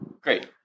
Great